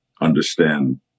understand